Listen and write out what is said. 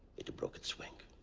it broke its wing.